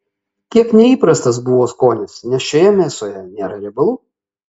kiek neįprastas buvo skonis nes šioje mėsoje nėra riebalų